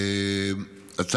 והועברה לוועדת הפנים והגנת הסביבה.